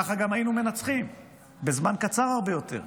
ככה גם היינו מנצחים בזמן קצר הרבה יותר,